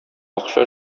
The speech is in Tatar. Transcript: акча